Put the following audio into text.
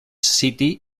city